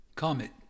Comet